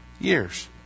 years